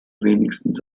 wenigstens